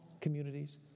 communities